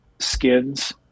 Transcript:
Skins